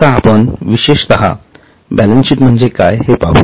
आता आपण विशेषत बॅलन्सशीट म्हणजे काय हेपाहू